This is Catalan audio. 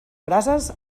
brases